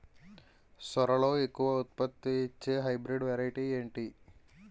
సోరలో ఎక్కువ ఉత్పత్తిని ఇచే హైబ్రిడ్ వెరైటీ ఏంటి?